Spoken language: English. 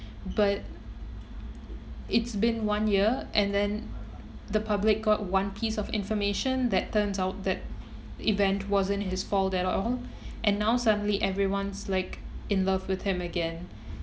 but it's been one year and then the public got one piece of information that turns out that event wasn't his fault at all and now suddenly everyone's like in love with him again